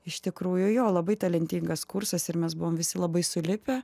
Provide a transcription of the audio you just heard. iš tikrųjų jo labai talentingas kursas ir mes buvom visi labai sulipę